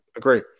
Agree